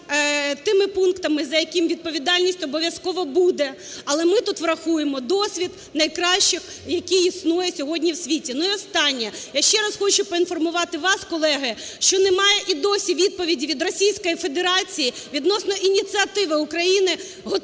працюємо над тими пунктами, за якими відповідальність обов'язково буде. Але ми тут врахуємо досвід найкращий, який існує сьогодні у світі. Ну і останнє. Я ще раз хочу поінформувати вас, колеги, що немає і досі відповіді від Російської Федерації відносно ініціативи України, готовності